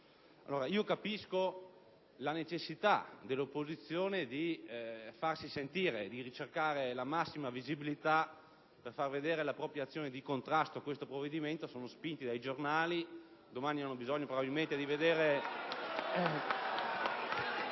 Io capisco la necessità dell'opposizione di farsi sentire e di cercare la massima visibilità per mostrare la propria azione di contrasto a questo provvedimento: sono spinti dai giornali, domani hanno bisogno di vedere...